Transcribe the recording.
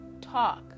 talk